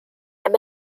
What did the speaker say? and